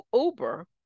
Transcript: Uber